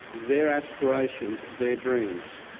their aspirations, their dreams.